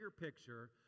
picture